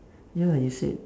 ya you said